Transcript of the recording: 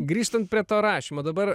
grįžtant prie to rašymo dabar